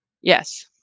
Yes